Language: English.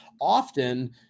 Often